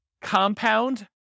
compound